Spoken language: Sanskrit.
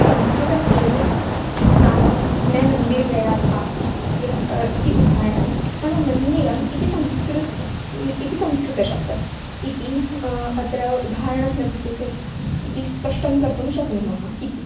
संस्कृतम् एव इति नाम मे मन्दिर् गया था यः इति उदाहरणं नाम मन्दिरम् इति संस्कृतम् इति संस्कृतशब्दम् इति अत्र उदाहरणं लभ्यते चेत् इति स्पष्टं कर्तुं शक्नुमः इति